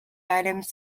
items